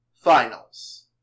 Finals